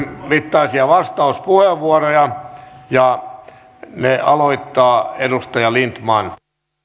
mittaisia vastauspuheenvuoroja ja ne aloittaa edustaja lindtman